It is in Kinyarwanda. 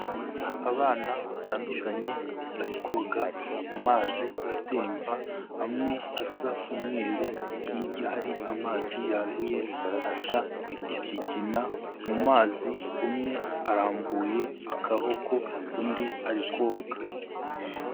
Abana batandukanye bari koga mu mazi atemba amwe asa umweru, hirya hari amazi yanduye asa ikigina mu mazi umwe arambuye akaboko undi ari koga.